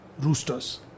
Roosters